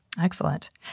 Excellent